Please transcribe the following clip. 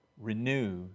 Renew